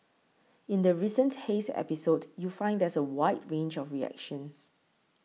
in the recent haze episode you find there's a wide range of reactions